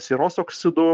sieros oksidu